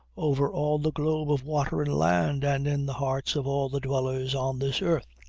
over all the globe of water and land and in the hearts of all the dwellers on this earth.